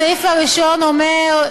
הסעיף הראשון אומר,